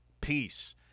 peace